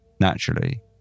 Naturally